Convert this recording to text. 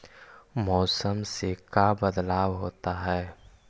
मौसम से का बदलाव होता है?